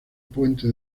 puente